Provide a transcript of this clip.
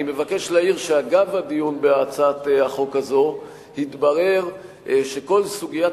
אני מבקש להעיר שאגב הדיון בהצעת החוק הזאת התברר שכל סוגיית